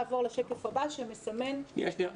בעשייה שלנו בבית הספר,